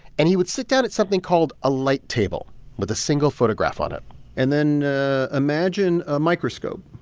and he would sit down at something called a light table with a single photograph on it and then imagine a microscope,